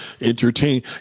Entertain